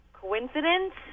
coincidence